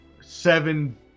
seven